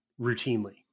routinely